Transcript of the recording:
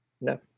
no